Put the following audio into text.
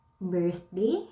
birthday